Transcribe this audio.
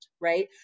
right